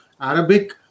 Arabic